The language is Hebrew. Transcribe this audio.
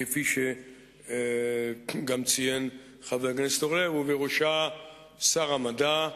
כפי שגם ציין חבר הכנסת אורלב, ובראשה שר המדע.